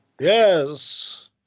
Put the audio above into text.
Yes